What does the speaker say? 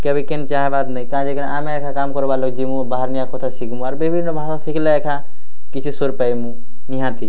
କେବେ କେନ୍ ଚାହିଁବାର୍ ନେଇଁ କାଁ ଯେ କି ନେଇଁ ଆମେ ଏଖା କାମ୍ କର୍ବାର୍ ଲୋକ୍ ଯିମୁ ବାହାର୍ନିଆ କଥା ଶିଖ୍ମୁ ଆର୍ ବିଭିନ୍ନ ଭାଷା ଶିଖ୍ଲେ ଏଖା କିଛି ଶୋର୍ ପାଇମୁ ନିହାତି